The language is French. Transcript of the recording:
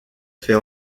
fait